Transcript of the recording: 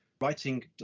writing